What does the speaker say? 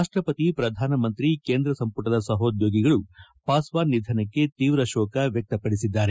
ರಾಷ್ಟಪತಿ ಪ್ರಧಾನಮಂತ್ರಿ ಕೇಂದ್ರ ಸಂಪುಟದ ಸಹೋದ್ಡೋಗಿಗಳು ಪಾಸ್ವಾನ್ ನಿಧನಕ್ಕೆ ತೀವ್ರ ಶೋಕ ವ್ಯಕ್ತಪಡಿಸಿದ್ದಾರೆ